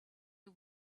you